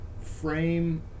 frame